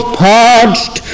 parched